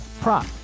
prop